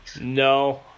No